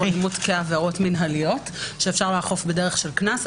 אלימות כעבירות מנהליות שאפשר לאכוף בדרך של קנס.